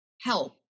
help